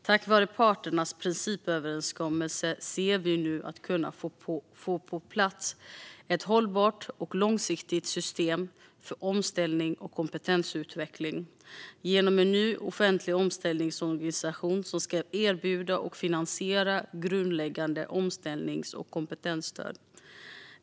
Tack vare parternas principöverenskommelse ser vi nu ut att kunna få på plats ett hållbart och långsiktigt system för omställning och kompetensutveckling, genom en ny offentlig omställningsorganisation som ska erbjuda och finansiera grundläggande omställnings och kompetensstöd.